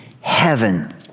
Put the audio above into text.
heaven